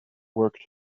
worked